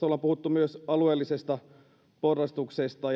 ollaan puhuttu myös alueellisesta porrastuksesta